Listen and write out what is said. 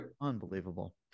Unbelievable